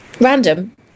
Random